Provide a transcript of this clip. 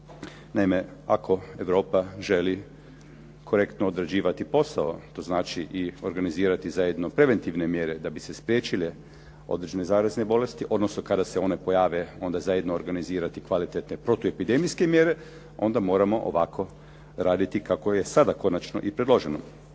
Naime, ako Europa želi korektno odrađivati posao to znači i organizirati zajedno preventivne mjere da bi se spriječile određene zarazne bolesti odnosno kada se one pojave onda zajedno organizirati kvalitetne protuepidemijske mjere, onda moramo ovako raditi kako je sada konačno i predloženo.